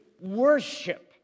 worship